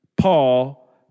Paul